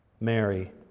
Mary